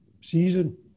season